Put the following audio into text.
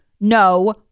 No